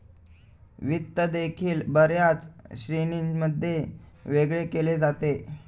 वित्त देखील बर्याच श्रेणींमध्ये वेगळे केले जाते